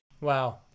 Wow